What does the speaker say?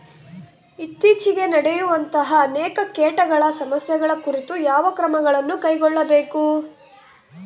ಇತ್ತೇಚಿಗೆ ನಡೆಯುವಂತಹ ಅನೇಕ ಕೇಟಗಳ ಸಮಸ್ಯೆಗಳ ಕುರಿತು ಯಾವ ಕ್ರಮಗಳನ್ನು ಕೈಗೊಳ್ಳಬೇಕು?